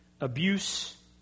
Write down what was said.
abuse